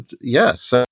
yes